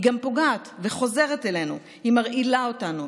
היא גם פוגעת וחוזרת אלינו: היא מרעילה אותנו,